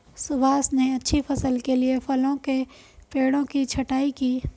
सुभाष ने अच्छी फसल के लिए फलों के पेड़ों की छंटाई की